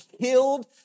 killed